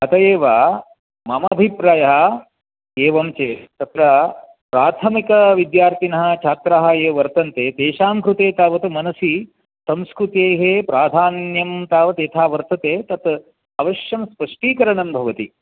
अतः एव ममाभिप्रायः एवं चेत् तत्र प्राथमिकविद्यार्थिनः छात्राः ये वर्तन्ते तेषां कृते तावत् मनसि संस्कृतेः प्राधान्यं तावत् यथा वर्तते तत् अवश्यं पुष्टीकरणं भवति